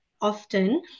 often